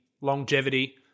longevity